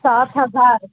سات ہزار